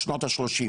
או שנת ה-30',